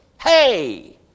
Hey